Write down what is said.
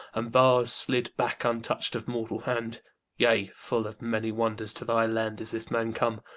and bars slid back untouched of mortal hand yea, full of many wonders to thy land is this man come.